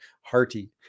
Hearty